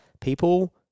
people